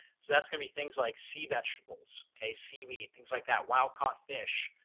so that's gonna be things like sea vegetables, okay, seaweed, things like that wild caught fish,